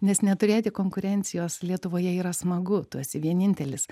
nes neturėti konkurencijos lietuvoje yra smagu tu esi vienintelis